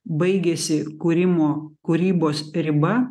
baigiasi kūrimo kūrybos riba